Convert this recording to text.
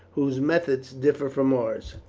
whose methods differ from ours.